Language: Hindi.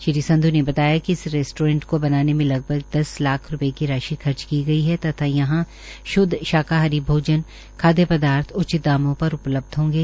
श्री संध् ने बताया कि इस रेस्टोरेंट को बनाने में लगभग दस लाख रूपये की राशि खर्च की गई है तथा यहां श्द शाकाहारी भोजन खाद्यय पदार्थ उचित दामों पर उपलब्ध होंगे